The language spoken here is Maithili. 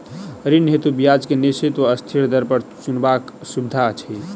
ऋण हेतु ब्याज केँ निश्चित वा अस्थिर दर चुनबाक सुविधा अछि